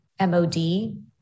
mod